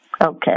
Okay